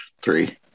three